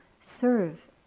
serve